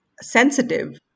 sensitive